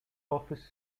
office